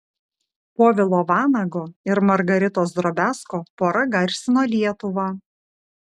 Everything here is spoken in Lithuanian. povilo vanago ir margaritos drobiazko pora garsino lietuvą